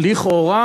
לכאורה,